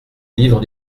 livre